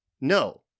no